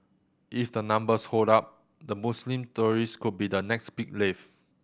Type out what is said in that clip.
if the numbers hold up the Muslim tourist could be the next big wave